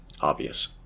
obvious